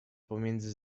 pomiędzy